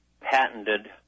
patented